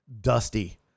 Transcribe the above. Dusty